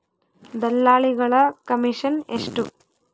ದಲ್ಲಾಳಿಗಳ ಕಮಿಷನ್ ಎಷ್ಟು?